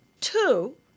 Two